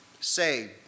say